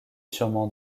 sûrement